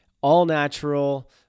all-natural